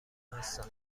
هستم